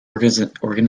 organization